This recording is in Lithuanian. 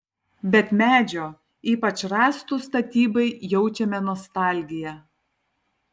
bet medžio ypač rąstų statybai jaučiame nostalgiją